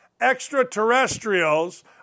extraterrestrials